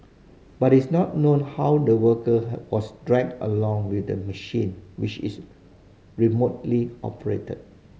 but it's not known how the worker was dragged along with the machine which is remotely operated